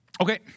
Okay